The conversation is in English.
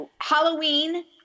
halloween